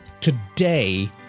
today